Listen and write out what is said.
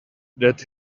that